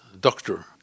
doctor